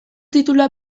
titulua